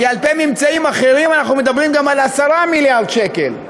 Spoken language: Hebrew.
כי על-פי ממצאים אחרים אנחנו מדברים גם על 10 מיליארד שקל.